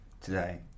today